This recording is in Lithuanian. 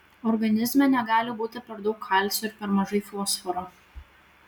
organizme negali būti per daug kalcio ir per mažai fosforo